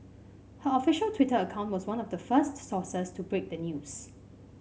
her official Twitter account was one of the first sources to break the news